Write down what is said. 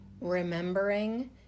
Remembering